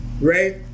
right